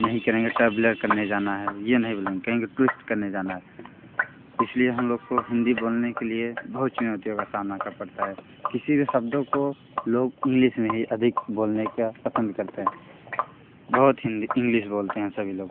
नहीं करेंगे टाबलेर करने जाना है यह नहीं बोलेंगे कहेंगे टूरिस्ट करने जाना है इसलिए हम लोग को हिंदी बोलने के लिए बहुत चुनौतियोंका सामना का पड़ता है किसी भी शब्दों को लोग इंग्लिश में ही अधिक बोलने का पसंद करते हैं बहुत हिंदी इंग्लिश बोलते हैं सभी लोग